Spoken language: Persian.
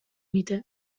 میده